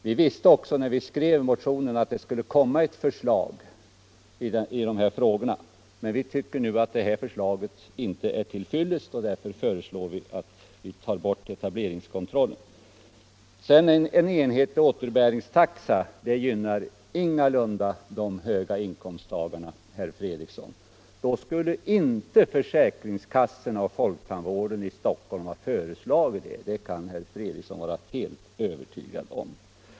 Vi visste också, när vi skrev motionen, att det skulle komma ett förslag i dessa frågor. Men vi tycker nu att detta förslag inte är till fyllest, och därför föreslår vi att etableringskontrollen skall tas bort. En enhetlig återbäringstaxa gynnar ingalunda de stora inkomsttagarna, herr Fredriksson. Om det vore så, skulle inte försäkringskassorna och folktandvården i Stockholm ha föreslagit en enhetlig taxa, det kan herr Fredriksson vara helt övertygad om.